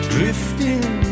Drifting